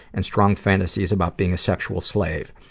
and strong fantasies about being a sexual slave.